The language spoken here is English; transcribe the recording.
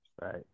Right